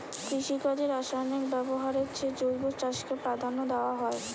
কৃষিকাজে রাসায়নিক ব্যবহারের চেয়ে জৈব চাষকে প্রাধান্য দেওয়া হয়